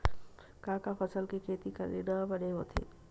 का का फसल के खेती करना बने होथे?